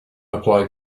apply